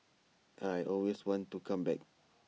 I always want to come back